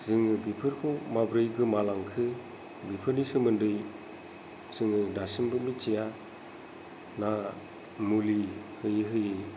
जोङो बिफोरखौ माबोरै गोमालांखो बेफोरनि सोमोन्दै जोङो दासिमबो मिथिया ना मुलि होयै होयै